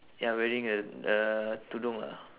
ya wearing a a tudung lah